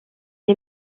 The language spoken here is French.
est